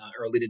Early